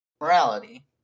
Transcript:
morality